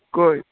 ਕੋਈ